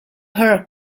her